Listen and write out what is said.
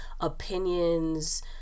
opinions